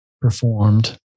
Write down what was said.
performed